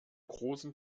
großen